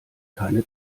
keine